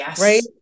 right